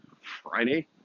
Friday